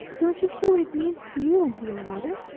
don't you see what it means to you and to your mother?